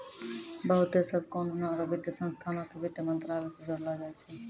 बहुते सभ कानूनो आरु वित्तीय संस्थानो के वित्त मंत्रालय से जोड़लो जाय छै